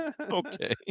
Okay